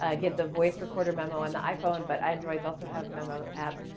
ah get the voice recorder memo on the iphone, but androids also have memo apps.